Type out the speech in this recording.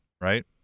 right